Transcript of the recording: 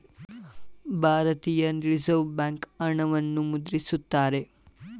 ಭಾರತೀಯ reserve bank ಹಣವನ್ನು ಮುದ್ರಿಸುತ್ತಾರೆ